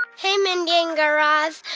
hey, mindy and guy raz.